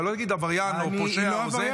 אתה לא תגיד עבריין או פושע או זה או מושחת.